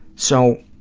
so,